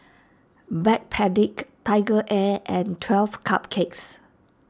Backpedic TigerAir and twelve Cupcakes